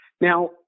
Now